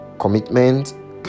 commitment